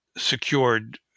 Secured